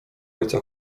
ojca